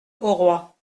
auroi